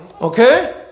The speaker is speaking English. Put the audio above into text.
Okay